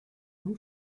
own